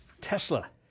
Tesla